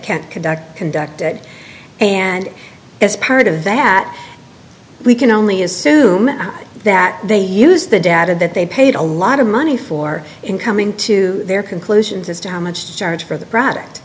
can't conduct conducted and as part of that we can only assume that they use the data that they paid a lot of money for in coming to their conclusions as to how much to charge for the product